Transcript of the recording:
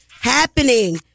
happening